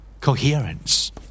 Coherence